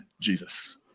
Jesus